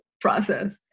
process